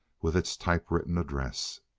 with its typewritten address.